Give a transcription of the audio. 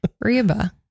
Reba